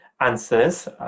answers